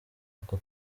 aka